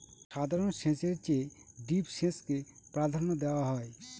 সাধারণ সেচের চেয়ে ড্রিপ সেচকে প্রাধান্য দেওয়া হয়